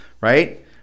right